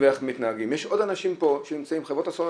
על סדר